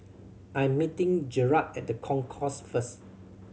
I'm meeting Jerald at The Concourse first